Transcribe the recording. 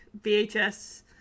VHS